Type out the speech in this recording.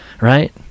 right